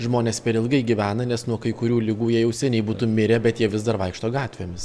žmonės per ilgai gyvena nes nuo kai kurių ligų jie jau seniai būtų mirę bet jie vis dar vaikšto gatvėmis